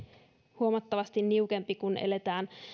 huomattavasti niukempi kun eletään